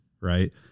right